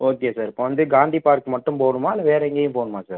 okay sir இப்போ வந்து Gandhi park மட்டும் போகணுமா இல்லை வேறு எங்கேயும் போகணுமா சார்